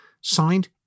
signed